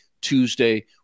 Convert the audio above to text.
Tuesday